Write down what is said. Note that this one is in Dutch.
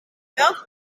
beleg